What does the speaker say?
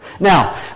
Now